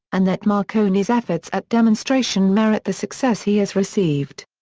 and that marconi's efforts at demonstration merit the success he has received.